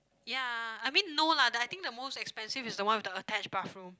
ya I mean no lah the I think the most expensive is the one with the attached bathroom